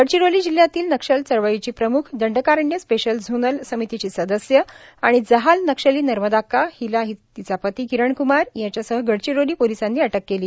गडचिरोली जिल्ह्यातील नक्षल चळवळीची प्रम्ख दंडकारण्य स्पेशल झोनल समितीची सदस्य आणि जहाल नक्षली नर्मदाक्का हिला तिचा पती किरणक्मार याच्यासह गडचिरोली पोलिसांनी अटक केली